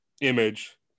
image